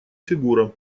фигура